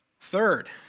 third